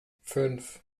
fünf